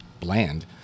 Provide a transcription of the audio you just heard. bland